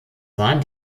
waren